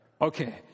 Okay